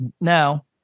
now